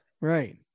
right